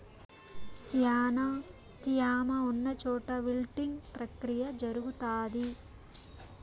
శ్యానా త్యామ ఉన్న చోట విల్టింగ్ ప్రక్రియ జరుగుతాది